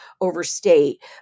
overstate